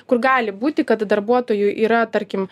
kur gali būti kad darbuotojui yra tarkim